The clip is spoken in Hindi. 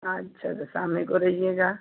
अच्छा तो शाम में को रहिएगा